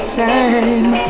time